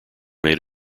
made